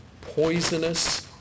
poisonous